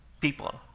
people